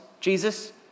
Jesus